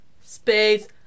space